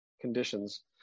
conditions